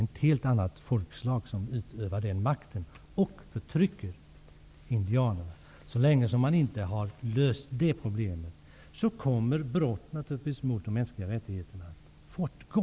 Ett helt annat folkslag utövar makten och förtrycker indianerna. Så länge man inte har löst detta problem kommer naturligtvis brotten mot de mänskliga rättigheterna att fortgå.